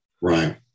Right